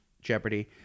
jeopardy